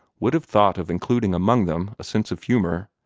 would have thought of including among them a sense of humor,